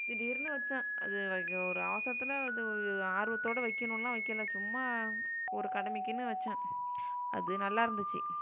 திடீர்னு வெச்சேன் அது ஒரு அவசரத்தில் அது ஒரு ஆர்வத்தோட வைக்கணுன்லாம் வைக்கலை சும்மா ஒரு கடமைக்குன்னு வெச்சேன் அது நல்லா இருந்துச்சு